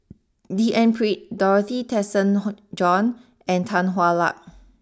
D N Pritt Dorothy Tessensohn Jone and Tan Hwa Luck